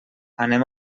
anem